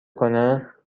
کنه